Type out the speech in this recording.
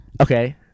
okay